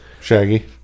Shaggy